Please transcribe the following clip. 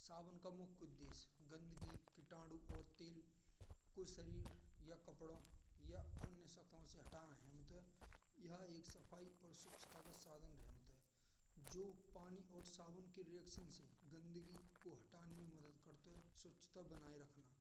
सावन का मुख्य उद्देश्य गंदगी, कीटाणु और तेल को शरीर या कपड़ों या अन्यथा से हटाना है। यह एक सफाई और स्वच्छता का साधन रहता है। जो पानी और साबुन की प्रतिक्रिया से गंदगी को हटाने में मदद करता है। स्वच्छता बनाना रखना: